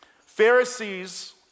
Pharisees